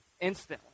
instantly